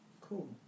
cool